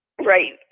Right